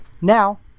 Now